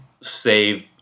save